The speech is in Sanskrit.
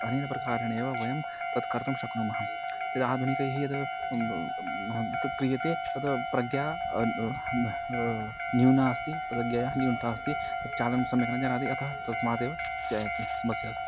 अनेन प्रकारेणेव वयं तत् कर्तुं शक्नुमः यदाधुनिकैः यद् तद् क्रियते तद् प्रज्ञा न्यूना अस्ति पदग्यया न्यूनता अस्ति तत् चालं सम्यक् न जानाति अतः तस्मादेव जायते समस्या अस्ति